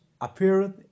appeared